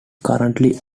currently